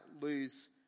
lose